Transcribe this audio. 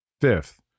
Fifth